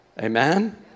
Amen